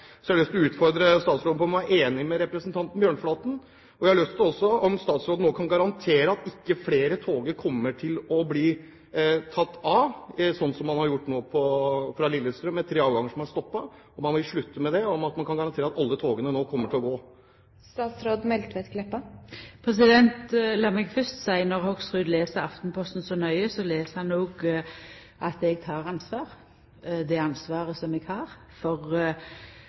har lyst til å utfordre statsråden på om hun er enig med representanten Bjørnflaten. Jeg har også lyst til å spørre om statsråden nå kan garantere at ikke flere tog kommer til å bli tatt ut, sånn som man nå har gjort fra Lillestrøm, der tre avganger er stoppet. Vil man slutte med det? Og kan man garantere at alle togene nå kommer til å gå? Lat meg fyrst seia at når Hoksrud les Aftenposten så nøye, les han òg at eg tek ansvar, det ansvaret som eg har for